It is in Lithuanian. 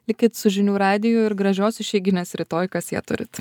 likit su žinių radiju ir gražios išeiginės rytoj kas ją turit